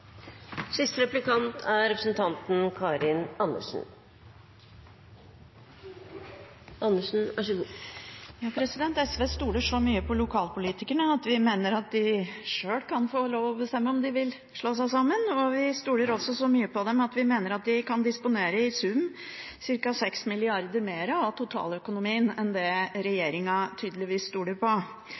SV stoler så mye på lokalpolitikerne at vi mener de sjøl kan få lov til å bestemme om de vil slå seg sammen, og vi stoler også så mye på dem at vi mener de kan disponere i sum ca. 6 mrd. kr mer av totaløkonomien enn det regjeringen tydeligvis stoler på.